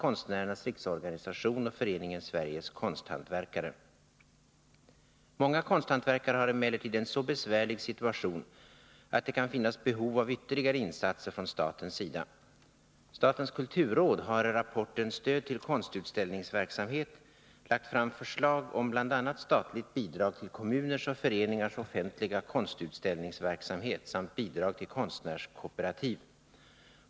Konstnärernas riksorganisation och Föreningen Sveriges konsthantverkare. Många konsthantverkare har emellertid en så besvärlig situation att det kan finnas behov av ytterligare insatser från statens sida. Statens kulturråd har i rapporten Stöd till konstutställningsverksamhet lagt fram förslag om bl.a. statligt bidrag till kommuners och föreningars offentliga konstutställningsverksamhet samt bidrag till konstnärskooperativ.